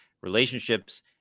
relationships